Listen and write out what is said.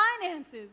finances